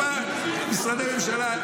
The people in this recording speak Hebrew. משרדי ממשלה,